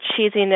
cheesiness